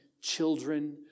children